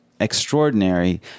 extraordinary